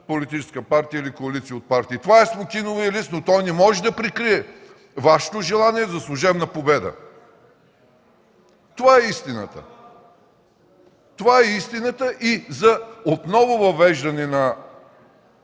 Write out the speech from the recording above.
политическа партия или коалиция от партии. Това е смокиновият лист, но той не може да прикрие Вашето желание за служебна победа. Това е истината. Това е истината и за въвеждане